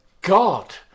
God